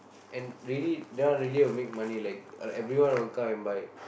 and really that one will really make money like uh everyone will come and buy